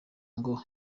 ngo